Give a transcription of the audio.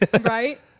Right